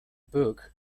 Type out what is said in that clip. book